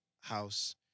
house